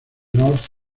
north